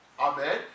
Amen